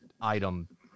item